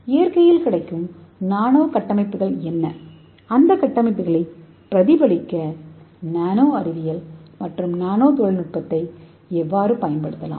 இயற்கையில் கிடைக்கும் நானோகட்டமைப்புகள் என்ன அந்த கட்டமைப்புகளை பிரதிபலிக்க நானோ அறிவியல் மற்றும் நானோ தொழில்நுட்பத்தை எவ்வாறு பயன்படுத்தலாம்